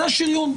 זה שריון,